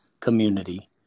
Community